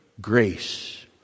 grace